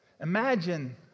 Imagine